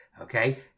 okay